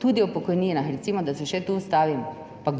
tudi o pokojninah, recimo, da se še tu ustavim.